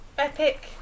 Epic